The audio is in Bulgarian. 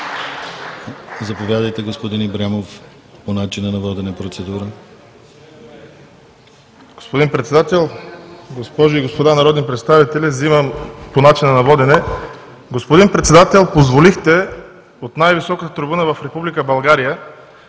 Заповядайте, господин Ибрямов – по начина на водене, процедура. ДЖЕЙХАН ИБРЯМОВ (ДПС): Господин Председател, госпожи и господа народни представители, взимам по начина на водене. Господин Председател, позволихте от най-високата трибуна в Република България